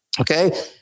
Okay